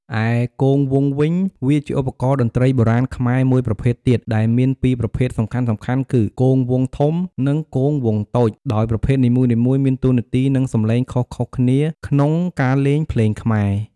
ឯ គងវង់វិញ វាជាឧបករណ៍តន្រ្តីបុរាណខ្មែរមួយប្រភេទទៀតដែលមានពីរប្រភេទសំខាន់ៗគឺ គងវង់ធំ និងគងវង់តូច ដោយប្រភេទនីមួយៗមានតួនាទី និងសំឡេងខុសៗគ្នា ក្នុងការលេងភ្លេងខ្មែរ។